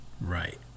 Right